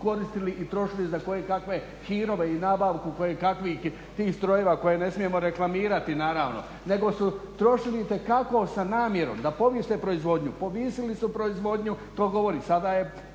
koristili i trošili za koje kakve hirove i nabavku koje kakvih tih strojeva koje ne smijemo reklamirati naravno. Nego su trošili itekako sa namjerom da povise proizvodnju. Povisili su proizvodnju, to govori, sada je